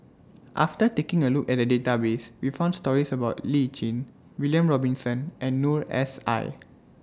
after taking A Look At The Database We found stories about Lee Tjin William Robinson and Noor S I